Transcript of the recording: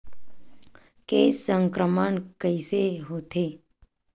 के संक्रमण कइसे होथे?